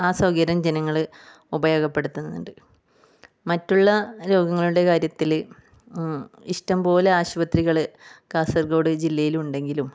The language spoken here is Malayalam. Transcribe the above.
ആ സൗകര്യം ജനങ്ങൾ ഉപയോഗപ്പെടുത്തുന്നുണ്ട് മറ്റുള്ള രോഗങ്ങളുടെ കാര്യത്തിൽ ഇഷ്ടംപോലെ ആശുപത്രികൾ കാസർഗോഡ് ജില്ലയിൽ ഉണ്ടെങ്കിലും